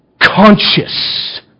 conscious